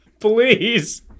please